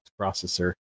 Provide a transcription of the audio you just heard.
processor